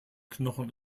knochen